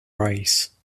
rice